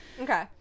okay